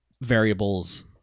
variables